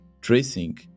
tracing